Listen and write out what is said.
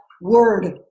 word